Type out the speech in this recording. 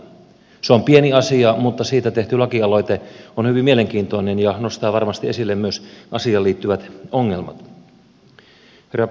se on pieni asia mutta siitä tehty lakialoite on hyvin mielenkiintoinen ja nostaa varmasti esille myös asiaan liittyvät ongelmat